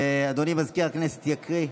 אדוני מזכיר הכנסת יקריא.